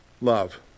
love